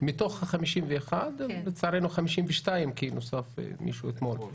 מתוך ה-51 או לצערנו 52 כי נוסף מישהו אתמול.